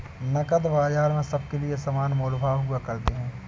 नकद बाजार में सबके लिये समान मोल भाव हुआ करते हैं